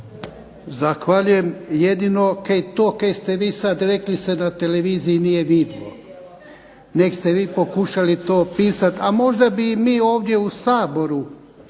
Zahvaljujem. Jedino to što ste vi sad rekli se na televiziji nije vidjelo nego ste vi pokušali to opisati. A možda bi i mi ovdje u Saboru